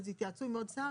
אז יתייעצו עם עוד שר.